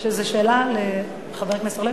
זה שאלה לחבר הכנסת אורלב?